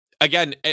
again